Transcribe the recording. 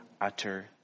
utter